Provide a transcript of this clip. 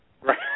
Right